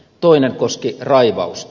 toinen koski raivausta